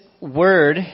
word